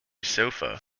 sofa